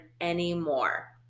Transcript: anymore